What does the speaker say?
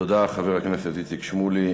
תודה, חבר הכנסת איציק שמולי.